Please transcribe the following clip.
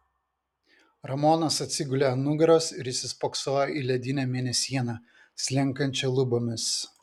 ramonas atsigulė ant nugaros ir įsispoksojo į ledinę mėnesieną slenkančią lubomis